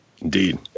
Indeed